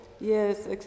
Yes